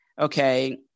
okay